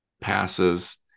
passes